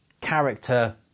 character